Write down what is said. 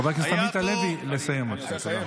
חבר הכנסת עמית הלוי, לסיים בבקשה.